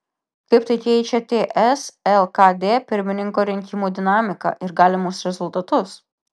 kaip tai keičia ts lkd pirmininko rinkimų dinamiką ir galimus rezultatus